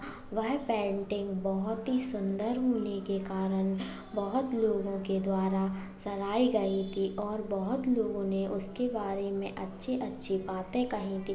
वह पेंटिंग बहुत ही सुंदर होने के कारण बहुत लोगों के द्वारा सराही गई थी और बहुत लोगों ने उसके बारे में अच्छी अच्छी बातें कहीं थी